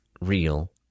real